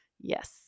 Yes